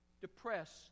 depressed